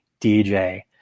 DJ